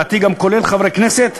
לדעתי כולל חברי כנסת,